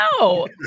No